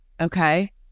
Okay